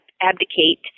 abdicate